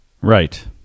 Right